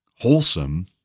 wholesome